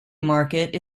market